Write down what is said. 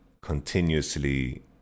continuously